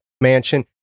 mansion